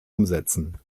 umsetzen